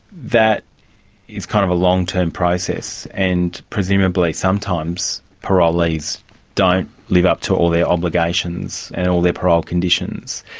that is kind of a long-term process, and presumably sometimes parolees don't live up to all their obligations and all their parole conditions.